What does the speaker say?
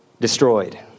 destroyed